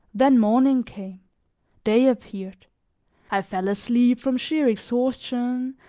then morning came day appeared i fell asleep from sheer exhaustion,